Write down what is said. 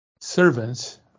servants